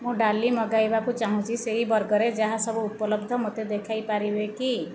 ମୁଁ ଡ଼ାଲି ମଗାଇବାକୁ ଚାହୁଁଛି ସେହି ବର୍ଗରେ ଯାହା ସବୁ ଉପଲବ୍ଧ ମୋତେ ଦେଖାଇ ପାରିବେକି